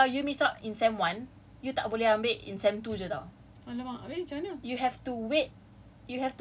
like in sem one and sem two consecutively so kalau you miss out in sem one tak boleh ambil in sem two jer [tau]